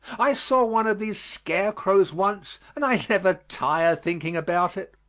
i saw one of these scarecrows once and i never tire thinking about it.